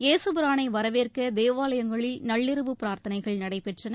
இயேசுபிரானை வரவேற்க தேவாலயங்களில் நள்ளிரவு பிரார்த்தனைகள் நடைபெற்றன